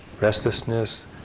restlessness